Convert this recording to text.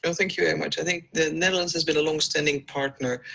and thank you very much. i think the netherlands has been a long-standing partner,